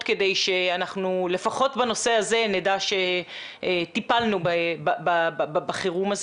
כדי שאנחנו לפחות בנושא הזה נדע שטיפלנו בחירום הזה.